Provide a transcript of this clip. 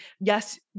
Yes